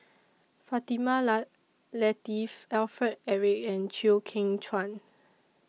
Fatimah La Lateef Alfred Eric and Chew Kheng Chuan